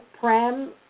prem